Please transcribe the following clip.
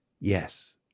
yes